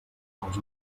dels